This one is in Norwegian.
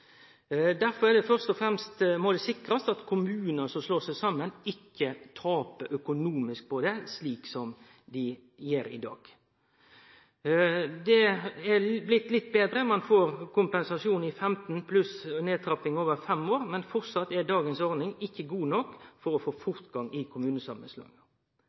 Derfor må det først og fremst sikrast at kommunar som slår seg saman, ikkje taper økonomisk på det, slik som dei gjer i dag. Det har blitt litt betre. Ein får kompensasjon fullt ut i 15 år, pluss nedtrapping over fem år, men framleis er dagens ordning ikkje god nok til å få fortgang i